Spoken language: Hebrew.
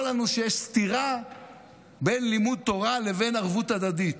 לנו שיש סתירה בין לימוד תורה לבין ערבות הדדית,